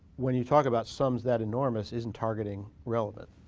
when you talk about sums that enormous isn't targeting relevant?